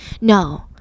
No